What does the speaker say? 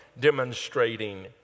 demonstrating